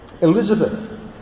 Elizabeth